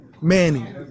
Manny